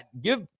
give